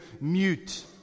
mute